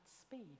speed